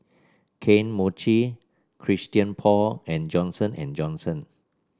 Kane Mochi Christian Paul and Johnson And Johnson